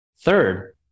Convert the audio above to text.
Third